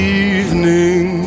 evening